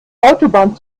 autobahn